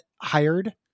hired